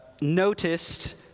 noticed